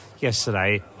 yesterday